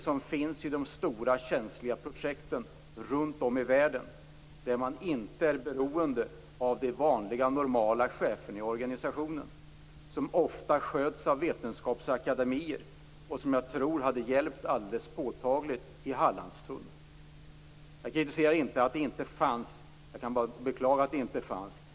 Sådan finns i de stora känsliga projekten runt om i världen, där man inte är beroende av de vanliga normala cheferna i organisationen. Den sköts ofta av vetenskapsakademier, och jag tror att en sådan hade hjälpt alldeles påtagligt i Hallandstunneln. Jag kritiserar inte att det inte fanns någon. Jag kan bara beklaga att den inte fanns.